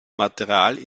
material